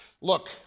look